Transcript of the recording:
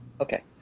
Okay